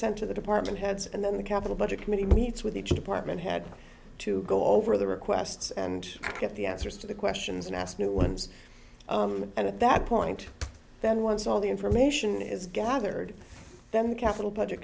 sent to the department heads and then the capital budget committee meets with each department head to go over the requests and get the answers to the questions and ask new ones at that point then once all the information is gathered then capital budget